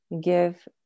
give